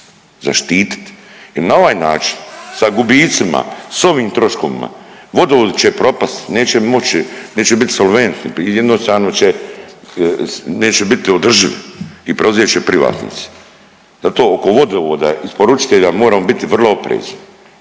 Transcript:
zaštititi jel na ovaj način sa gubicima, s ovim troškovima vodovodi će propasti, neće moći, neće bit solventni, jednostavno će, neće biti održivi i preuzet će privatnici. Zato oko vodovoda i isporučitelja moramo biti vrlo oprezni